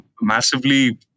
massively